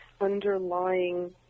underlying